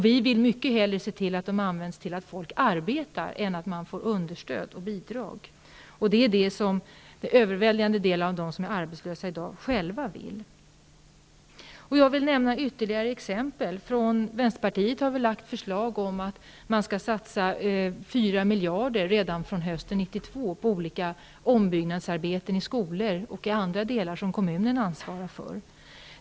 Vi vill se att de hellre används till att ge folk arbete än att ge dem understöd och bidrag. Det är detta som den överväldigande delen av dem som är arbetslösa i dag själv vill. Jag vill nämna ytterligare ett exempel. Från Vänsterpartiet har vi lagt fram ett förslag om att man skall satsa 4 miljarder redan från hösten 1992 på olika ombyggnadsarbeten i skolor och andra arbeten som kommunerna ansvarar för.